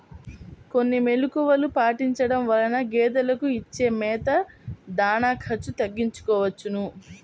కొన్ని మెలుకువలు పాటించడం వలన గేదెలకు ఇచ్చే మేత, దాణా ఖర్చు తగ్గించుకోవచ్చును